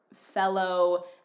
fellow